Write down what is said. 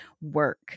work